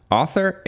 author